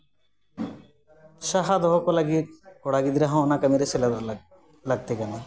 ᱥᱟᱦᱟ ᱫᱚᱦᱚ ᱠᱚ ᱞᱟᱹᱜᱤᱫ ᱠᱚᱲᱟ ᱜᱤᱫᱽᱨᱟᱹ ᱦᱚᱸ ᱚᱱᱟ ᱠᱟᱹᱢᱤ ᱨᱮ ᱥᱮᱞᱮᱫᱚᱜ ᱞᱟᱹᱠᱛᱤ ᱠᱟᱱᱟ